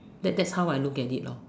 that that is how I look at it